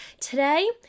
Today